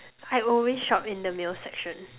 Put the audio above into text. I always shop in the male section